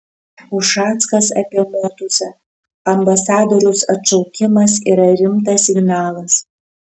ušackas apie motuzą ambasadoriaus atšaukimas yra rimtas signalas